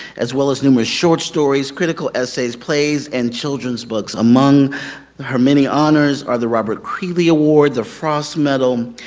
as well as numerous short stories, critical essays, plays and children's books. among her many honors are the robert creeley award, the frost medal,